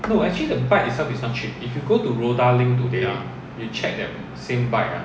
ya